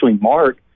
Mark